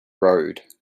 road